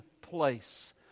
place